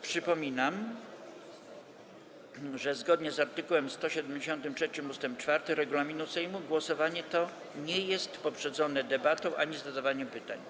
Przypominam, że zgodnie z art. 173 ust. 4 regulaminu Sejmu głosowanie to nie jest poprzedzone debatą ani zadawaniem pytań.